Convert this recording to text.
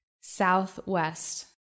southwest